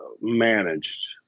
managed